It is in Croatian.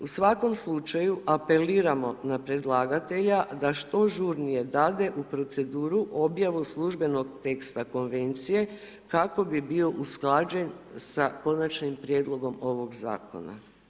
U svakom slučaju, apeliramo na predlagatelja da što žurnije dade u proceduru objavu službenog teksta konvencije kako bi bio usklađen sa konačnom prijedlogom ovog zakona.